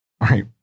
right